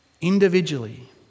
Individually